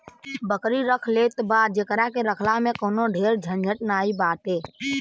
बकरी रख लेत बा जेकरा के रखला में कवनो ढेर झंझट नाइ बाटे